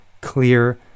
clear